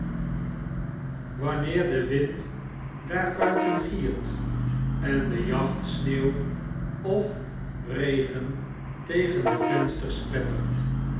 wanneer de wind daarbuiten giert en de jachtsneeuw of regen tegen de vensters klettert